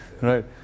Right